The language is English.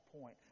point